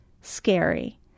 scary